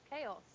Chaos